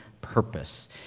purpose